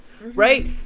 right